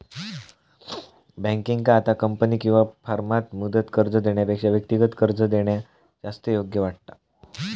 बँकेंका आता कंपनी किंवा फर्माक मुदत कर्ज देण्यापेक्षा व्यक्तिगत कर्ज देणा जास्त योग्य वाटता